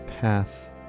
path